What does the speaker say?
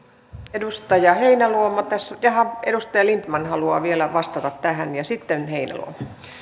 edustaja heinäluoma jaha edustaja lindtman haluaa vielä vastata tähän ja sitten heinäluoma